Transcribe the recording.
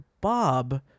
Bob